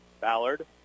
Ballard